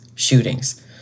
shootings